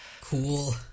Cool